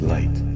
Light